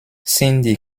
cindy